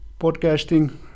podcasting